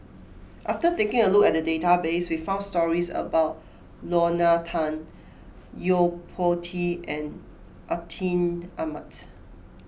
after taking a look at the database we found stories about Lorna Tan Yo Po Tee and Atin Amat